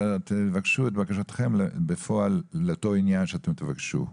כשיבואו ההצעות תבואו ותבקשו את בקשתכם בפועל לאותו עניין שאתם תבקשו.